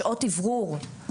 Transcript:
שעות אוורור,